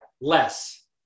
less